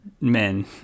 men